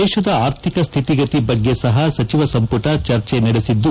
ದೇಶದ ಆರ್ಥಿಕ ಸ್ವಿತಿಗತಿ ಬಗ್ಗೆ ಸಹ ಸಚಿವ ಸಂಪುಟ ಚರ್ಚೆ ನಡೆಸಿದ್ದು